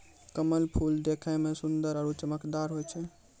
कमल फूल देखै मे सुन्दर आरु चमकदार होय छै